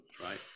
right